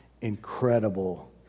incredible